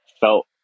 felt